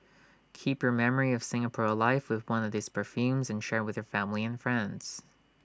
keep your memory of Singapore alive with one of these perfumes and share with the family and friends